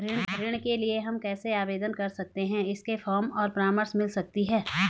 ऋण के लिए हम कैसे आवेदन कर सकते हैं इसके फॉर्म और परामर्श मिल सकती है?